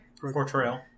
Portrayal